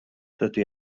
dydy